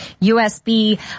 USB